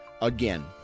again